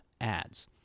ads